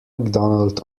mcdonald